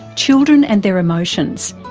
children and their emotions.